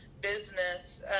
business